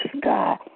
God